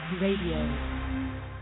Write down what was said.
Radio